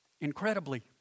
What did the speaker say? incredibly